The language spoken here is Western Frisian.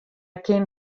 kin